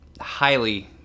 highly